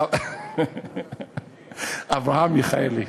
אברהם מיכאלי.